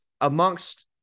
amongst